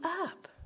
up